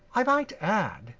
i might add,